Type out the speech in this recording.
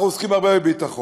אנחנו עוסקים הרבה בביטחון,